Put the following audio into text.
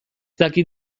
dakit